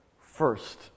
first